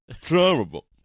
terrible